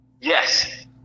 Yes